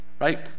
right